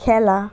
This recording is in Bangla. খেলা